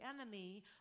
enemy